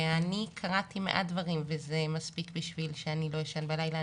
אני קראתי מעט דברים וזה מספיק כדי שאני לא אשן בלילה.